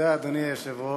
אדוני היושב-ראש,